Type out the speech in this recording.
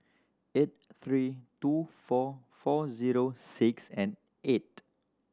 eight three two four four zero six and eight